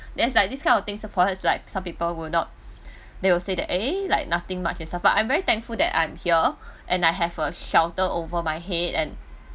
there's like this kind of things suppose like some people will not they will say that like eh like nothing much and stuff but I'm very thankful that I'm here and I have a shelter over my head and